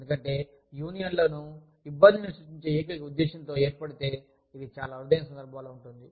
ఎందుకంటే యూనియన్లు ఇబ్బందిని సృష్టించే ఏకైక ఉద్దేశ్యంతో ఏర్పడితే ఇది చాలా అరుదైన సందర్భాలలో ఉంటుంది